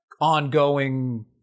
ongoing